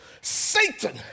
Satan